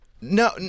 no